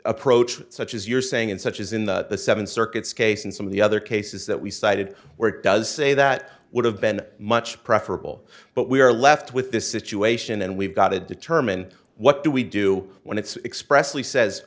approach such as you're saying and such as in the seven circuits case and some of the other cases that we cited where it does say that would have been much preferable but we are left with this situation and we've got to determine what do we do when it's expressly says